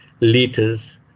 liters